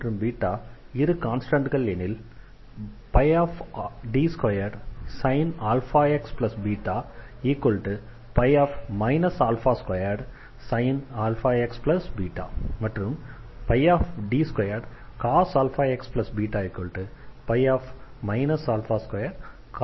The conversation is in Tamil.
மற்றும் இரு கான்ஸ்டண்ட்கள் எனில் D2sin αxβ ϕ 2sin αxβ மற்றும் D2cos αxβ ϕ 2cos αxβ ஆகும்